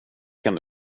kan